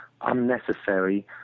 unnecessary